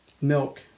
milk